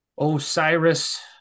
Osiris